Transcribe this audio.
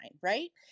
right